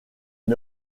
lui